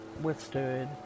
withstood